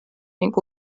ning